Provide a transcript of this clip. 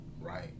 right